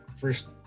first